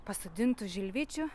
pasodintų žilvičių